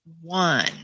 one